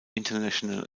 international